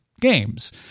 games